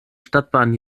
stadtbahn